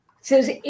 says